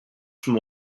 from